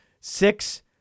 six